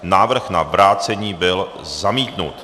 Návrh na vrácení byl zamítnut.